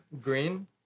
green